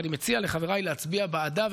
ואני מציע לחבריי להצביע בעדה.